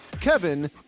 Kevin